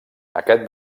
aquest